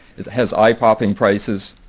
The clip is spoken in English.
it has eye popping prices.